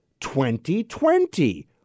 2020